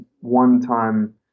one-time